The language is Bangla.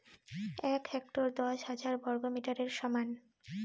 এক হেক্টর দশ হাজার বর্গমিটারের সমান